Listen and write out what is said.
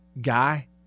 guy